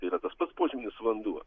tai yra tas pats požeminis vanduo